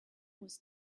was